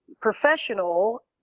professional